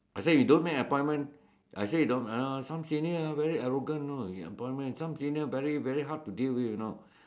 I say you don't make appointment I say you don't uh some senior very arrogant you know some senior very hard to deal with you know